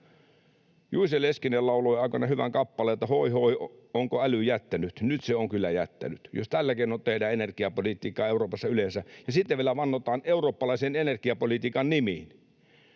Juice Leskinen lauloi aikanaan hyvän kappaleen, että hoi, hoi, onko äly jättänyt. Nyt se on kyllä jättänyt, jos tällä keinoin tehdään energiapolitiikkaa Euroopassa yleensä ja sitten vielä vannotaan eurooppalaisen energiapolitiikan nimiin.